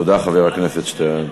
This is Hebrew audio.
תודה, חבר הכנסת שטרן.